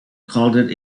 called